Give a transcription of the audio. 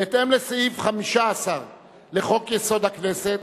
בהתאם לסעיף 15 לחוק-יסוד: הכנסת,